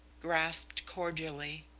grasped cordially.